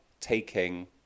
taking